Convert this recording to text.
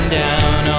down